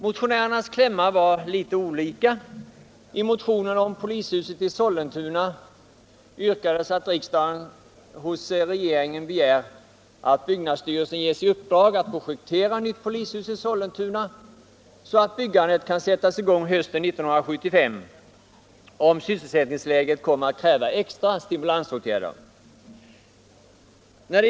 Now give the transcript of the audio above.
Motionernas klämmar var litet olika. I motionen om polishuset i Sollentuna yrkades att riksdagen hos regeringen begär att byggnadsstyrelsen ges i uppdrag att projektera nytt polishus i Sollentuna, så att byggandet kan sättas i gång hösten 1975, om sysselsättningsläget kommer att kräva extra stimulansåtgärder.